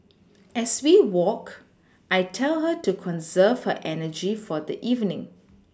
as we walk I tell her to conserve her energy for the evening